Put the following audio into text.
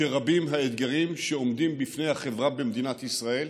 שרבים האתגרים שעומדים בפני החברה במדינת ישראל,